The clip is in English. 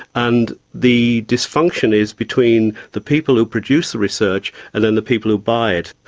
and the dysfunction is between the people who produce the research and then the people who buy it.